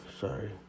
sorry